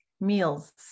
meals